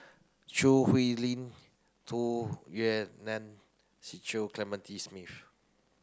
Choo Hwee Lim Tu Yue Nang Clementi Smith